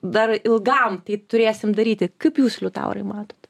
dar ilgam tai turėsim daryti kaip jūs liutaurai matot